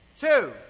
two